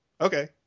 Okay